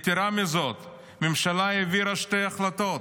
יתרה מזאת, הממשלה העבירה שתי החלטות: